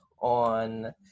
on